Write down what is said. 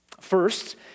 First